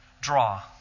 draw